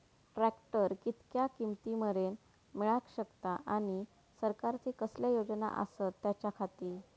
Tractor कितक्या किमती मरेन मेळाक शकता आनी सरकारचे कसले योजना आसत त्याच्याखाती?